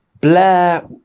Blair